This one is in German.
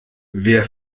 wer